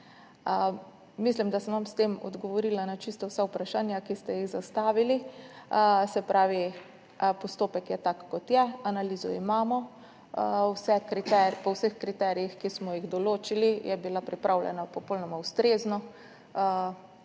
Mislim, da sem vam s tem odgovorila na čisto vsa vprašanja, ki ste jih zastavili. Se pravi, postopek je tak, kot je, analizo imamo, po vseh kriterijih, ki smo jih določili, je bila pripravljena popolnoma ustrezno,